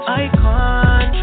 icon